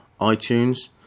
iTunes